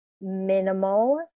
minimal